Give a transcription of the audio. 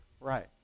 right